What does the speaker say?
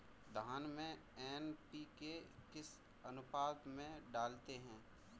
धान में एन.पी.के किस अनुपात में डालते हैं?